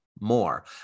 more